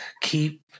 keep